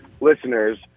listeners